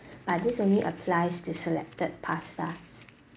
but this only applies to selected pastas